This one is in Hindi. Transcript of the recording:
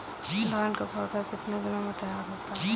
धान का पौधा कितने दिनों में तैयार होता है?